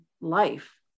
life